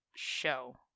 show